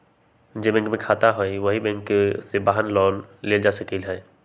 जे बैंक में खाता हए उहे बैंक से वाहन लोन लेल जा सकलई ह